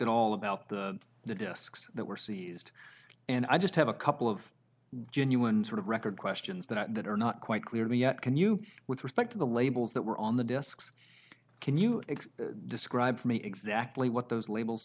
at all about the the desks that were seized and i just have a couple of genuine sort of record questions that are not quite clear to me yet can you with respect to the labels that were on the desks can you describe for me exactly what those labels